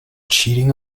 cheating